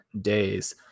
days